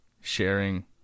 sharing